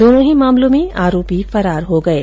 दोनो ही मामलों में आरोपी फरार हो गये